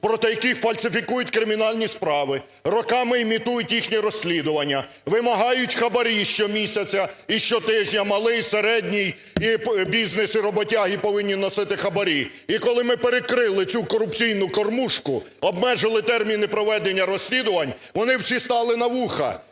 проти яких фальсифікують кримінальні справи, роками імітують їхнє розслідування, вимагають хабарі щомісяця і щотижня, малий і середній бізнес, і роботяги повинні носити хабарі. І коли ми перекрили цю корупційну кормушку, обмежили термін і проведення розслідувань, вони всі стали на вуха.